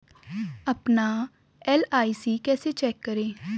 अपना एल.आई.सी कैसे चेक करें?